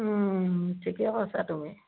ঠিকে কৈছা তুমি